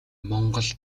монгол